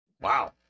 Wow